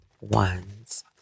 ones